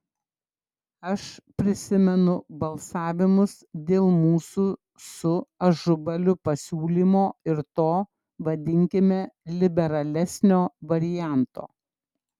aš prisimenu balsavimus dėl mūsų su ažubaliu pasiūlymo ir to vadinkime liberalesnio varianto